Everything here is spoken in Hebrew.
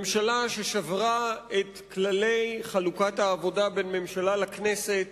ממשלה ששברה את כללי חלוקת העבודה בין הממשלה לכנסת